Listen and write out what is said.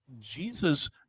Jesus